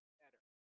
better